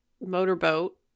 motorboat